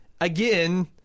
again